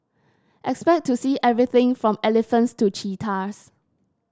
expect to see everything from elephants to cheetahs